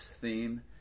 theme